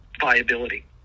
viability